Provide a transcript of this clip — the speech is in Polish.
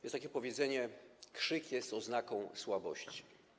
Jest takie powiedzenie: krzyk jest oznaką słabości.